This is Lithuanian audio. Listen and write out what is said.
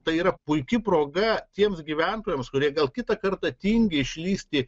tai yra puiki proga tiems gyventojams kurie gal kitą kartą tingi išlįsti